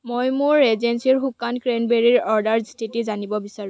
মই মোৰ ৰেজেন্সীৰ শুকান ক্ৰেনবেৰীৰ অৰ্ডাৰ স্থিতি জানিব বিচাৰোঁ